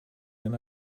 then